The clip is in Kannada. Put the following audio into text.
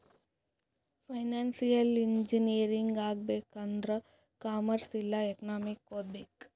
ಫೈನಾನ್ಸಿಯಲ್ ಇಂಜಿನಿಯರಿಂಗ್ ಆಗ್ಬೇಕ್ ಆಂದುರ್ ಕಾಮರ್ಸ್ ಇಲ್ಲಾ ಎಕನಾಮಿಕ್ ಓದ್ಬೇಕ್